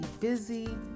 busy